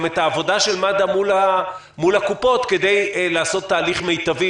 את העבודה של מד"א מול הקופות כדי לעשות תהליך מיטבי,